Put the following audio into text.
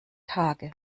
tage